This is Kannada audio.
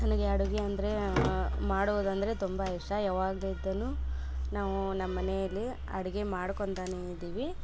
ನನಗೆ ಅಡುಗೆ ಅಂದರೆ ಮಾಡೋದಂದರೆ ತುಂಬಾ ಇಷ್ಟ ಯವಾಗಲಿದ್ದನು ನಾವೂ ನಮ್ಮನೆಯಲ್ಲಿ ಅಡಿಗೆ ಮಾಡ್ಕೊಂತನೇ ಇದಿವಿ